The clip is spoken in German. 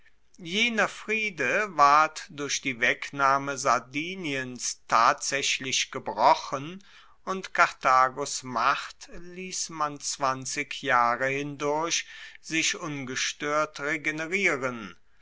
jener friede ward durch die wegnahme sardiniens tatsaechlich gebrochen und karthagos macht liess man zwanzig jahre hindurch sich ungestoert regenerieren